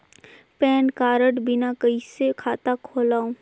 Pan card बिना कइसे खाता खोलव?